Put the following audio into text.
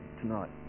tonight